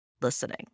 listening